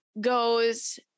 goes